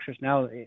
now